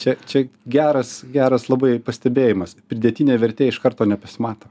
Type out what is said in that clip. čia čia geras geras labai pastebėjimas pridėtinė vertė iš karto nepasimato